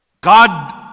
God